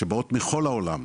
שבאות מכל העולם,